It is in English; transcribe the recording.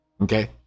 okay